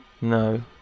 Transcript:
No